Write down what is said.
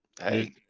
Hey